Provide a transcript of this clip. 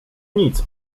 nic